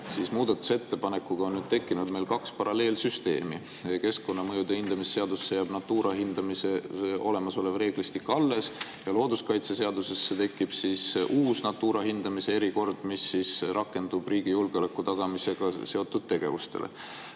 siis muudatusettepanekuga on meil tekkinud kaks paralleelsüsteemi. Keskkonnamõju hindamise seadusesse jääb Natura hindamise olemasolev reeglistik alles ja looduskaitseseadusesse tekib uus Natura hindamise erikord, mis rakendub riigi julgeoleku tagamisega seotud tegevuste